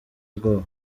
ubwoba